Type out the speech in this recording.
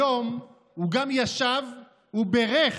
היום הוא גם ישב ובירך,